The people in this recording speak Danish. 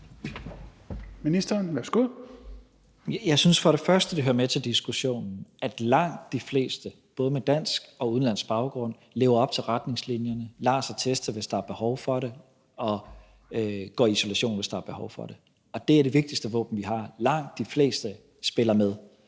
Tesfaye): Jeg synes, det hører med til diskussionen, at langt de fleste, både med dansk og udenlandsk baggrund, lever op til retningslinjerne, lader sig teste, hvis der er behov for det, og går i isolation, hvis der er behov for det. Det er det vigtigste våben, vi har. Langt de fleste spiller med.